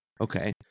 okay